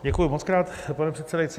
Děkuji mockrát, pane předsedající.